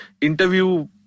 interview